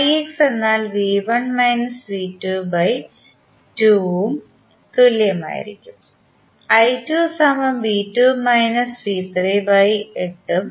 ix എന്നാൽ കും തുല്യമായിരിക്കും